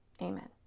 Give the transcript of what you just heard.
Amen